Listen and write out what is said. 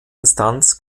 instanz